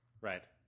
Right